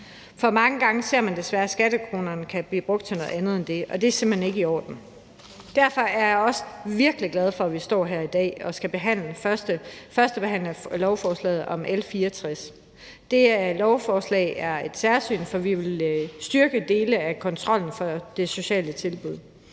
For mange gange ser man desværre, at skattekronerne kan blive brugt til noget andet end det, og det er simpelt hen ikke i orden. Derfor er jeg også virkelig glad for, at vi står her i dag og skal førstebehandle L 64. Det lovforslag er et særsyn, for vi vil styrke dele af kontrollen med de sociale tilbud